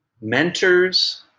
mentors